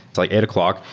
it's like eight o'clock,